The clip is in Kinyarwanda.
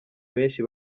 benshi